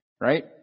right